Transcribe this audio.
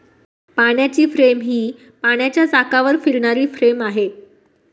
पाण्याची फ्रेम ही पाण्याच्या चाकावर फिरणारी फ्रेम आहे